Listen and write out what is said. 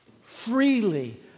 freely